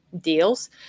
deals